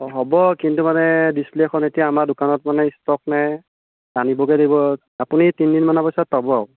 অঁ হ'ব কিন্তু মানে ডিছপ্লে'খন এতিয়া আমাৰ দোকানত মানে ষ্টক নাই আনিবগৈ লাগিব আপুনি তিনিদিনমানৰ পিছত পাব আৰু